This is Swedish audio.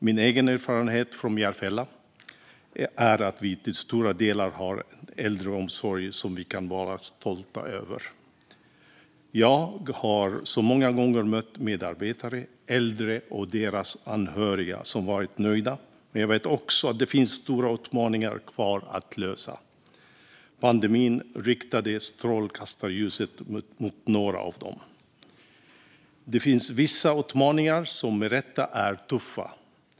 Min egen erfarenhet från Järfälla är att vi till stora delar har en äldreomsorg som vi kan vara stolta över. Jag har så många gånger mött medarbetare, äldre och deras anhöriga som varit nöjda, men jag vet också att det finns stora utmaningar kvar att lösa. Pandemin riktade strålkastarljuset mot några av dem. Det finns vissa utmaningar som med rätta är tuffa.